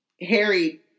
Harry